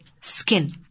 skin